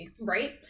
right